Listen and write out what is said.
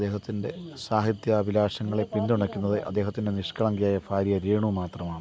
അദ്ദേഹത്തിന്റെ സാഹിത്യാഭിലാഷങ്ങളെ പിന്തുണയ്ക്കുന്നത് അദ്ദേഹത്തിന്റെ നിഷ്കളങ്കയായ ഭാര്യ രേണു മാത്രമാണ്